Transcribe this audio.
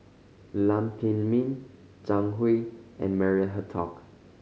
Lam Pin Min Zhang Hui and Maria Hertogh